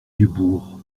dubourg